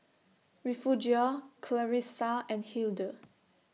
Refugio Clarissa and Hildur